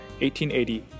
1880